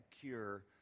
cure